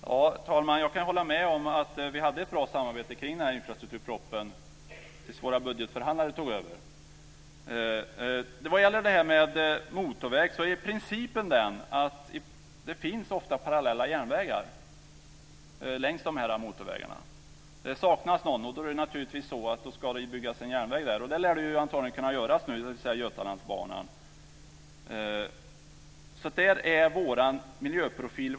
Fru talman! Jag kan hålla med om att vi hade ett bra samarbete kring infrastrukturpropositionen tills våra budgetförhandlare tog över. Vad gäller frågan om motorväg är principen den att det ofta finns parallella järnvägar längs motorvägarna. Om det saknas ska det naturligtvis byggas en järnväg där. Det lär det antagligen kunna göras nu med Götalandsbanan. Det är vår miljöprofil.